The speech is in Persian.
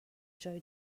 جای